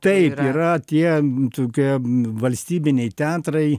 taip yra tie tokie valstybiniai teatrai